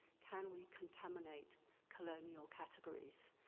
can we contaminate colonial categories.